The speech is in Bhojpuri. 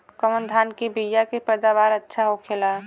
कवन धान के बीया के पैदावार अच्छा होखेला?